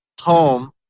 home